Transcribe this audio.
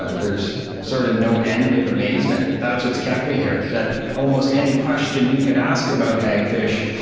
ah there's sort of no end of amazement that's what's kept me here. that almost any question you can ask about hagfish,